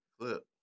Clip